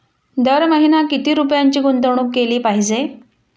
दर महिना किती रुपयांची गुंतवणूक केली पाहिजे?